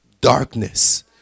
darkness